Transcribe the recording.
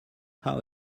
how